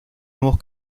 nuevos